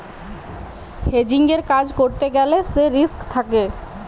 হেজিংয়ের কাজ করতে গ্যালে সে রিস্ক থাকে